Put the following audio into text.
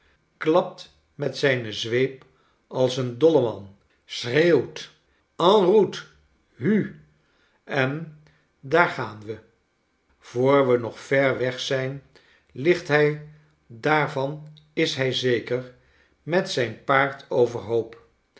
klapt met zijne zweep als een dolleman schreeuwt en route hu en daar gaan we voor we nog ver weg zijn ligt hij daarvan is hij zeker met zijn paard overhoop